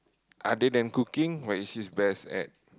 other than cooking what is she's best at